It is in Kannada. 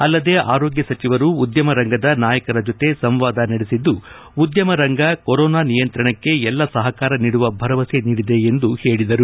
ಅಲ್ಲದೆ ಆರೋಗ್ಯ ಸಚಿವರು ಉದ್ಯಮ ರಂಗದ ನಾಯಕರ ಜತೆ ಸಂವಾದ ನಡೆಸಿದ್ದು ಉದ್ಯಮ ರಂಗ ಕೊರೋನಾ ನಿಯಂತ್ರಣಕ್ಕೆ ಎಲ್ಲ ಸಹಕಾರ ನೀಡುವ ಭರವಸೆ ನೀಡಿದೆ ಎಂದರು